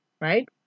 right